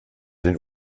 den